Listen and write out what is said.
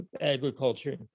agriculture